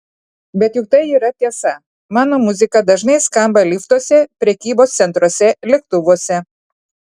bet juk tai yra tiesa mano muzika dažnai skamba liftuose prekybos centruose lėktuvuose